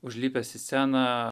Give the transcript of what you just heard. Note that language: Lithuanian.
užlipęs į sceną